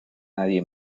nadie